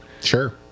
Sure